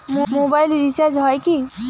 Mobile recharge হয় কি?